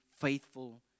faithful